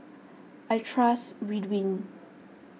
I trust Ridwind